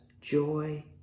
joy